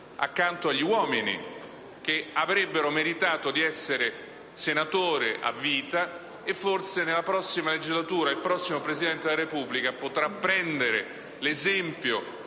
accanto agli uomini che avrebbero meritato di essere senatrici a vita e forse nella prossima legislatura il futuro Presidente della Repubblica potrà prendere l'esempio